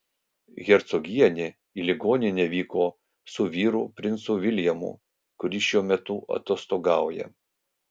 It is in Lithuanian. hercogienė į ligoninę vyko su vyru princu viljamu kuris šiuo metu atostogauja